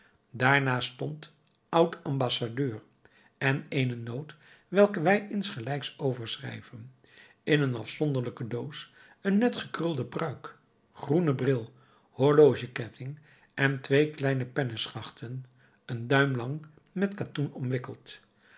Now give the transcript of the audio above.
daarnaast stond oud ambassadeur en eene noot welke wij insgelijks overschrijven in een afzonderlijke doos een net gekrulde pruik groene bril horlogeketting en twee kleine penneschachten een duim lang met katoen omwikkeld